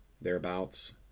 thereabouts